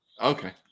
okay